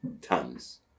tons